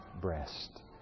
breast